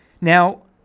Now